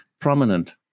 prominent